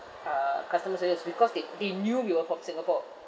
uh customer service because they they knew we were from singapore